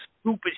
stupid